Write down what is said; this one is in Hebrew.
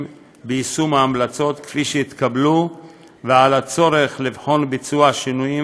ביישום ההמלצות שהתקבלו ועל הצורך לבחון בשינויים